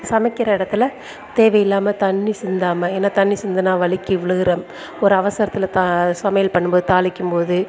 சமைக்கிற இடத்துல தேவை இல்லாம தண்ணி சிந்தாம ஏன்னா தண்ணி சிந்துனா வழுக்கி விழுகிற ஒரு அவசரத்தில் த சமையல் பண்ணும்போது தாளிக்கும்போது